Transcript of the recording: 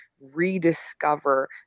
rediscover